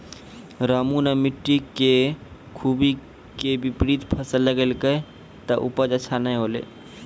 रामू नॅ मिट्टी के खूबी के विपरीत फसल लगैलकै त उपज अच्छा नाय होलै